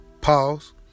Pause